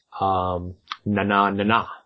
Na-na-na-na